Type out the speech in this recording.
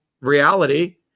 reality